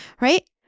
right